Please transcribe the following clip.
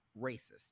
racist